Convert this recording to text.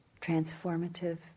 Transformative